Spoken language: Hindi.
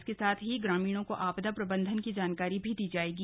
इसके साथ ही ग्रामीणों को आपदा प्रबंधन की जानकारी भी दी जाएगी